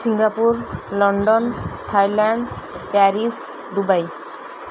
Singapore London Thailand Paris Dubai